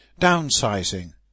Downsizing